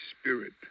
Spirit